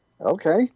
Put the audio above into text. okay